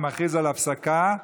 אני מכריז על הפסקה.